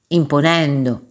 imponendo